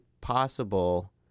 possible